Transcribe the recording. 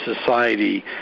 society